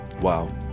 Wow